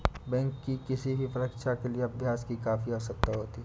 bank की किसी भी परीक्षा के लिए अभ्यास की काफी आवश्यकता होती है